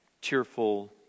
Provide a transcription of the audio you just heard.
cheerful